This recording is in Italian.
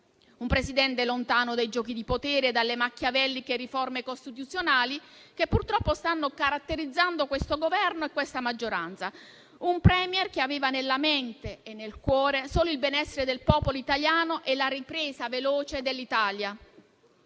un Presidente lontano dai giochi di potere, dalle machiavelliche riforme costituzionali che purtroppo stanno caratterizzando questo Governo e questa maggioranza; un *Premier* che aveva nella mente e nel cuore solo il benessere del popolo italiano e la ripresa veloce dell'Italia;